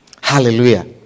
Hallelujah